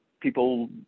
people